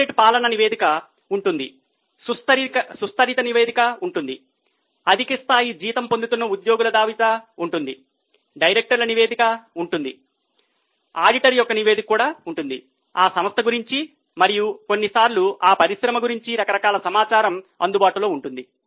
corporate పాలన నివేదిక ఉంటుంది సుస్థిరత నివేదిక ఉంటుంది అధిక స్థాయి జీతం పొందుతున్న ఉద్యోగుల జాబితా ఉంటుంది డైరెక్టర్ల నివేదిక ఉంటుంది ఆడిటర్ యొక్క నివేదిక ఉంటుంది ఆ సంస్థ గురించి మరియు కొన్నిసార్లు ఆ పరిశ్రమ గురించి రకరకాల సమాచారం అందుబాటులో ఉంటుంది